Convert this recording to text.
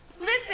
Listen